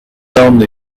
only